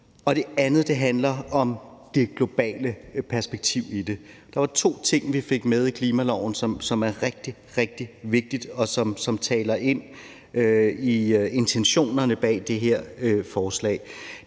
Og det andet handler om det globale perspektiv i det. Der var to ting, som vi fik med i klimaloven, som er rigtig, rigtig vigtige, og som taler ind i intentionerne bag det her forslag.